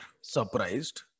Surprised